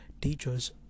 teachers